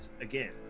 again